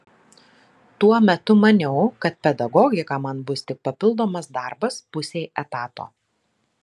tuo metu maniau kad pedagogika man bus tik papildomas darbas pusei etato